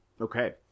Okay